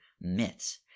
myths